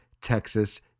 Texas